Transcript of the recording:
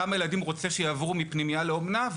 כמה ילדים הוא רוצה שיעברו מפנימייה לאומנה,